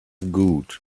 good